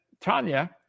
Tanya